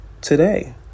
today